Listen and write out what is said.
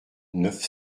neuf